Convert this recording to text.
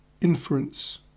inference